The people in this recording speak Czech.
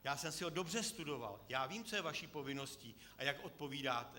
Já jsem si ho dobře prostudoval, já vím, co je vaší povinností a jak odpovídáte.